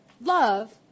love